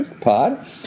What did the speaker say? pod